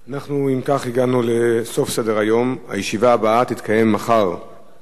אני קובע שהצעת חוק השאלת ספרי לימוד (תיקון מס' 6)